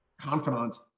confidants